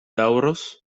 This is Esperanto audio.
daŭros